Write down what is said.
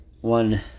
one